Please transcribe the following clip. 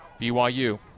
BYU